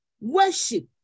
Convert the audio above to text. Worship